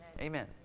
Amen